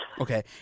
Okay